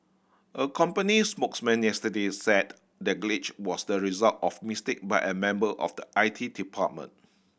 a company spokesman yesterday said the glitch was the result of mistake by a member of the I T department